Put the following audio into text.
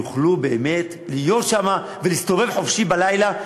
יוכלו באמת לחיות שם ולהסתובב חופשי בלילה,